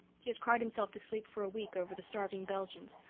he has cried himself to sleep for a week, over the starving belgians.